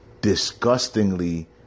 disgustingly